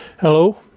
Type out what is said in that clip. Hello